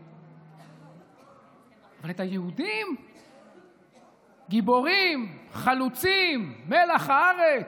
אבל היהודים, גיבורים, חלוצים, מלח הארץ,